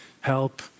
help